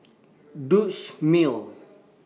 Dutch Mill